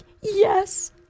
yes